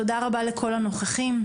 תודה רבה לכל הנוכחים.